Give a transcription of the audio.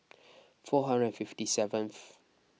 four hundred and fifty seventh